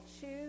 choose